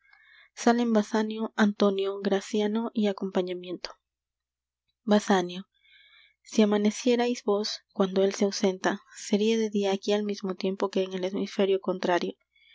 salen basanio antonio graciano y acompañamiento basanio si amanecierais vos cuando él se ausenta seria de dia aquí al mismo tiempo que en el hemisferio contrario